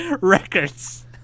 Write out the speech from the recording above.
records